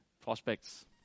prospects